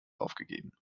aufgegeben